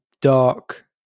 dark